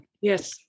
Yes